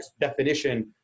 definition